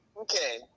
Okay